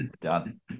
Done